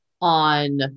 on